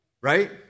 right